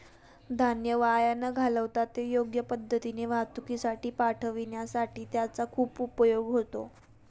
धान्य वाया न घालवता ते योग्य पद्धतीने वाहतुकीसाठी पाठविण्यासाठी त्याचा खूप उपयोग होतो